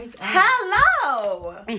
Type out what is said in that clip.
hello